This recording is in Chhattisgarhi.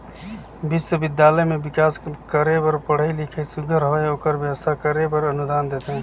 बिस्वबिद्यालय में बिकास करे बर पढ़ई लिखई सुग्घर होए ओकर बेवस्था करे बर अनुदान देथे